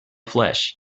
flesh